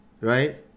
Right